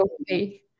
okay